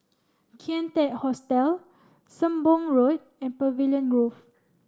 Kian Teck Hostel Sembong Road and Pavilion Grove